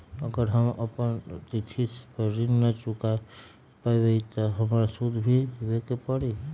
अगर हम अपना तिथि पर ऋण न चुका पायेबे त हमरा सूद भी देबे के परि?